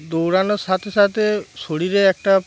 দৌড়ানোর সাথে সাথে শরীরে একটা